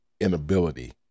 inability